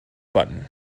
button